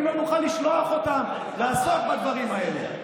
אם לא נוכל לשלוח אותם לעסוק בדברים האלה?